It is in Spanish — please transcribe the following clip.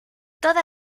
toda